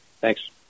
thanks